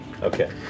Okay